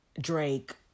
Drake